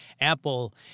Apple